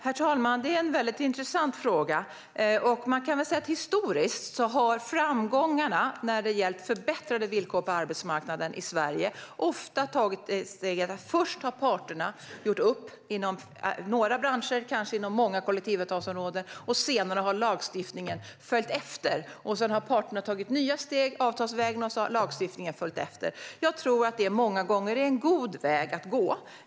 Herr talman! Det är en intressant fråga. Man kan säga att historiskt har framgångarna när det har gällt förbättrade villkor på arbetsmarknaden i Sverige ofta skett genom att parterna först har gjort upp inom några branscher, kanske inom många kollektivavtalsområden, och senare har lagstiftningen följt efter. Därpå har parterna tagit nya steg avtalsvägen, och lagstiftningen har följt efter. Jag tror att detta många gånger är en god väg att gå.